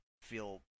feel